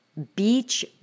Beach